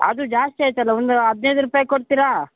ಆದು ಜಾಸ್ತಿ ಆಯ್ತು ಅಲ್ಲ ಒಂದು ಹದಿನೈದು ರೂಪಾಯ್ಗೆ ಕೊಡ್ತೀರಾ